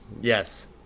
Yes